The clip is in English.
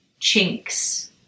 chinks